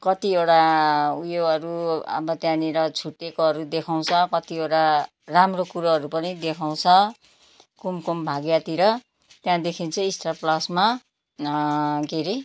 कतिवटा उयोहरू अब त्यहाँनिर छुट्टिएकोहरू देखाउँछ कतिवटा राम्रो कुरोहरू पनि देखाउँछ कुमकुम भाग्यतिर त्यहाँदेखिन चाहिँ स्टार प्लसमा के अरे